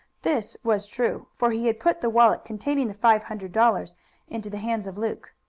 this was true, for he had put the wallet containing the five hundred dollars into the hands of luke.